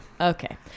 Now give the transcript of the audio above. Okay